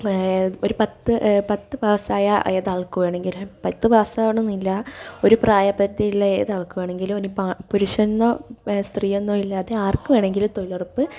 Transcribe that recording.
ഒരു പത്ത് പത്ത് പാസ്സായ ഏതാൾക്ക് വേണമെങ്കിലും പത്ത് പാസ്സാവണമെന്നില്ല ഒരു പ്രായപരിധിയിലുള്ള ഏതാൾക്ക് അത് പുരുഷനെന്നോ സ്ത്രീയെന്നോ ഇല്ലാതെ ആർക്ക് വേണമെങ്കിലും തൊഴിലുറപ്പ്